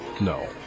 No